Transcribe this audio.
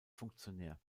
funktionär